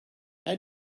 how